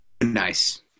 Nice